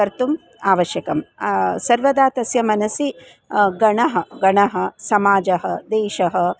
कर्तुम् आवश्यकं सर्वदा तस्य मनसि गणः गणः समाजः देशः